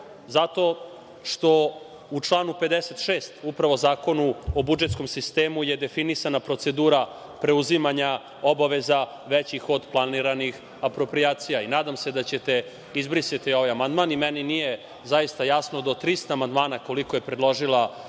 zato što je u članu 56. Zakona o budžetskom sistemu definisana procedura preuzimanja obaveza većih od planiranih aproprijacija. Nadam se da ćete izbrisati ovaj amandman. Meni nije zaista jasno, do 300 amandmana koliko je predložila opozicija,